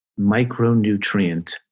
micronutrient